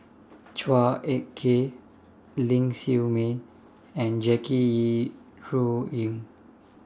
Chua Ek Kay Ling Siew May and Jackie Yi Ru Ying